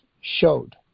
showed